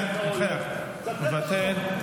מנסור עבאס, מוותר.